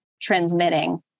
transmitting